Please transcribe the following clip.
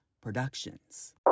Productions